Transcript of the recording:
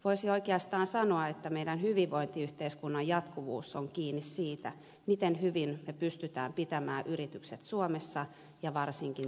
voisi oikeastaan sanoa että meidän hyvinvointiyhteiskuntamme jatkuvuus on kiinni siitä miten hyvin me pystymme pitämään yritykset suomessa ja varsinkin työpaikat